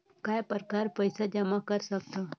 काय प्रकार पईसा जमा कर सकथव?